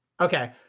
okay